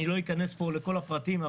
לא אכנס פה לכל הפרטים,